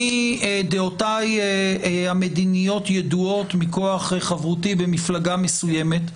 דעותיי המדיניות ידועות מכוח חברותי במפלגה מסוימת,